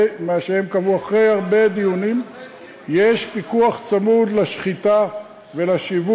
זה מה שהם קבעו, יהיה פיקוח על התהליך הזה?